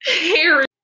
Harry